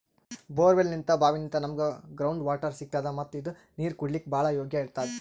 ಬೋರ್ವೆಲ್ನಿಂತ್ ಭಾವಿನಿಂತ್ ನಮ್ಗ್ ground water ಸಿಗ್ತದ ಮತ್ತ್ ಇದು ನೀರ್ ಕುಡ್ಲಿಕ್ಕ್ ಭಾಳ್ ಯೋಗ್ಯ್ ಇರ್ತದ್